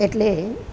એટલે